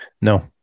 No